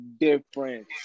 difference